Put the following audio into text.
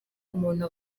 umuntu